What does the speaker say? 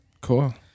Cool